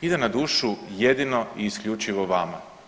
ide na dušu jedino i isključivo vama.